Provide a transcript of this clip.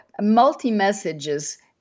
multi-messages